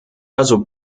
also